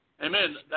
Amen